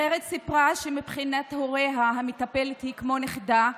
אחרת סיפרה שמבחינת הוריה המטפלת היא כמו נכדה,